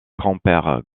compère